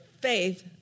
faith